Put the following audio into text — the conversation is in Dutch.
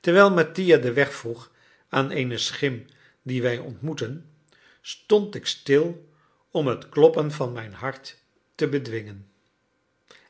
terwijl mattia den weg vroeg aan eene schim die wij ontmoetten stond ik stil om het kloppen van mijn hart te bedwingen